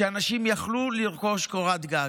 שאנשים יוכלו לרכוש קורת גג.